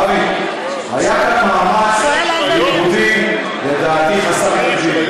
דוד, היה כאן מאמץ ליכודי חסר תקדים,